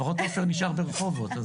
לפחות עופר נשאר ברחובות.